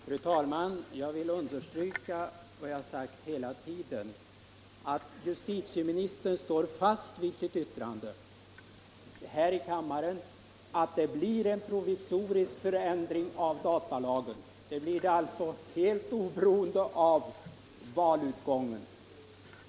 Fru talman! Jag vill understryka vad jag har sagt hela tiden, nämligen att justitieministern står fast vid sitt yttrande här i kammaren, att det blir en provisorisk ändring av datalagen. Det blir alltså en ändring, helt oberoende av valutgången.